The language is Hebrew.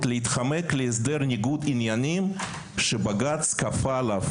להצליח לחמוק להסדר ניגוד עניינים שבג״ץ כפה עליו